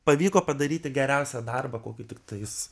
pavyko padaryti geriausią darbą kokį tiktais